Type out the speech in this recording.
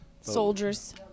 Soldiers